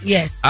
Yes